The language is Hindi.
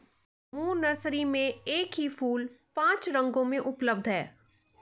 मून नर्सरी में एक ही फूल पांच रंगों में उपलब्ध है